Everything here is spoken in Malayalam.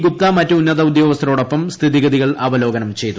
ഗുപ്ത മറ്റ് ഉന്നത ഉദ്യോഗസ്ഥരോടൊപ്പം സ്ഥിതിഗതികൾ അവലോകനം ചെയ്തു